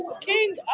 King